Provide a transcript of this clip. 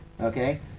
Okay